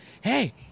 hey